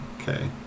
Okay